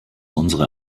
unsere